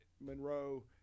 monroe